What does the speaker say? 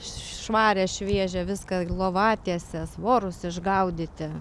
švarią šviežią viską lovatieses vorus išgaudyti